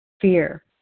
fear